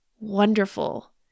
wonderful